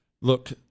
Look